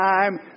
time